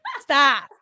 Stop